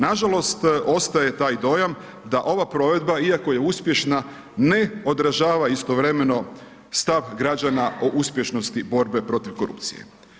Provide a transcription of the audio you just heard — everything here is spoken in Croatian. Nažalost, ostaje taj dojam, da ova provedba, iako je uspješna, ne odražava istovremeno stav građana o uspješnosti borbe protiv korupcije.